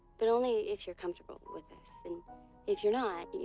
but only if you're comfortable with this. and if you're not,